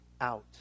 out